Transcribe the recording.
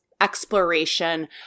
exploration